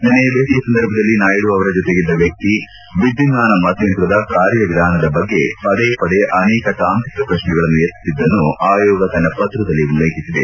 ನಿನ್ನೆಯ ಭೇಟಿಯ ಸಂದರ್ಭದಲ್ಲಿ ನಾಯ್ಡು ಅವರ ಜೊತೆಗಿದ್ದ ವ್ಯಕ್ತಿ ವಿದ್ಯುನ್ಮಾನ ಮತಯಂತ್ರದ ಕಾರ್ಯಾ ವಿಧಾನದ ಬಗ್ಗೆ ಪದೇ ಪದೇ ಅನೇಕ ತಾಂತ್ರಿಕ ಪ್ರಶ್ನೆಗಳನ್ನು ಎತ್ತಿದ್ದನ್ನು ಆಯೋಗ ತನ್ನ ಪತ್ರದಲ್ಲಿ ಉಲ್ಲೇಖಿಸಿದೆ